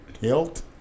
hilt